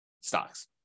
stocks